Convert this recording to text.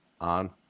on